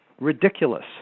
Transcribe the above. ridiculous